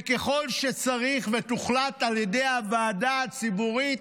וככל שצריך ויוחלט על ידי הוועדה הציבורית